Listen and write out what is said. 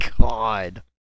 God